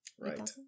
Right